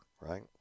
right